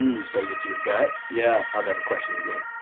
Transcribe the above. you say it's your gut. yeah i'll never question again.